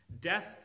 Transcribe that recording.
Death